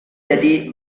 llatí